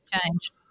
change